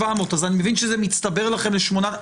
700. זה מצטבר לכם ל-800?